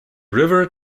river